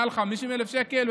מעל 50,000 שקל,